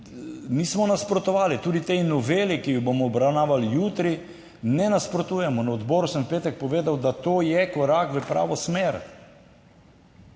nismo nasprotovali. Tudi tej noveli, ki jo bomo obravnavali jutri ne nasprotujemo. Na odboru sem v petek povedal, da to je korak v pravo smer